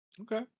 okay